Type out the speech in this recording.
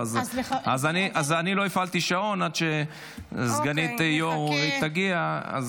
אני לא הפעלתי שעון עד שסגנית היו"ר תגיע.